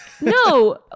No